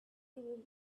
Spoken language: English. will